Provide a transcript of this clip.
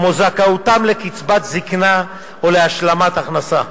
כמו זכאותם לקצבת זיקנה או להשלמת הכנסה.